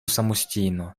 самостійно